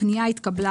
הבקשה התקבלה,